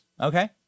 Okay